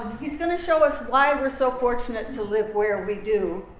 he's going to show us why and we're so fortunate to live where we do.